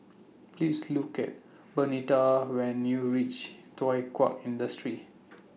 Please Look IT Bernita when YOU REACH Thow Kwang Industry